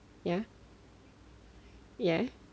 ya ya